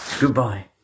goodbye